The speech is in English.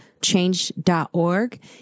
change.org